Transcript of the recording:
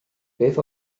beth